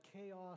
chaos